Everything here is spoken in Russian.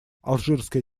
алжирская